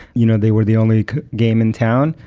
you know they were the only game in town.